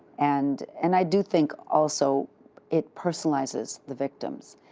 and and i do think also it personalizes the victims.